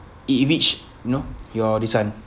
it reach know your design